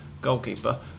goalkeeper